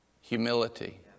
Humility